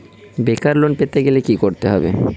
বেকার লোন পেতে গেলে কি করতে হবে?